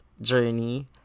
journey